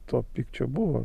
to pykčio buvo